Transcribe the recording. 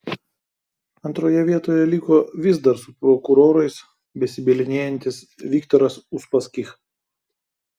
antroje vietoje liko vis dar su prokurorais besibylinėjantis viktoras uspaskich